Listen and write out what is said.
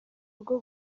rwo